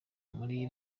muri